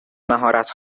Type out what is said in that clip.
مهارت